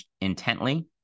intently